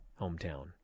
hometown